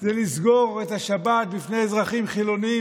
זה לסגור את השבת בפני אזרחים חילונים,